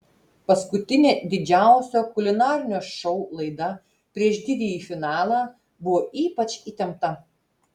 paskutinė didžiausio kulinarinio šou laida prieš didįjį finalą buvo ypač įtempta